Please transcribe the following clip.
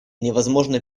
невозможно